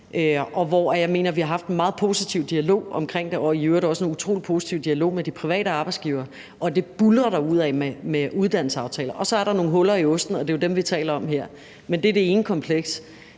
og hvor jeg mener, at vi har haft en meget positiv dialog omkring det og i øvrigt også en utrolig positiv dialog med de private arbejdsgivere, og det buldrer derudad med uddannelsesaftaler. Så er der også nogle huller i osten, og det er jo dem, som vi taler om her. Men det er det ene kompleks.